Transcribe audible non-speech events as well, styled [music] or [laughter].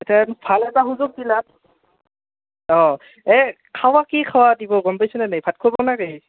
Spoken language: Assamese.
এতিয়া ভাল এটা সুযোগ দিলা অঁ এই খাৱা কি খাৱা দিব গম পাইছনে ন ভাত খুৱাব [unintelligible]